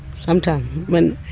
sometimes when,